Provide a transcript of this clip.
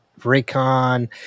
Raycon